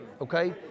okay